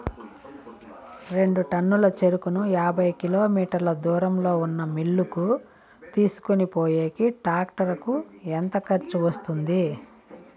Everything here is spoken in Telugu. రెండు టన్నుల చెరుకును యాభై కిలోమీటర్ల దూరంలో ఉన్న మిల్లు కు తీసుకొనిపోయేకి టాక్టర్ కు ఎంత ఖర్చు వస్తుంది?